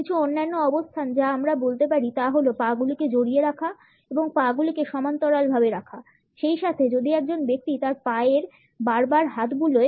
কিছু অন্যান্য অবস্থান যা আমরা বলতে পারি তা হল পা গুলিকে জড়িয়ে রাখা এবং পা গুলিকে সমান্তরাল ভাবে রাখা সেইসাথে যদি একজন ব্যক্তি তার পা এ বার বার হাত বুলোয়